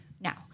Now